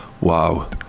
wow